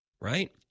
Right